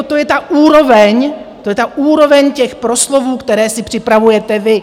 To je ta úroveň, to je úroveň těch proslovů, které si připravujete vy.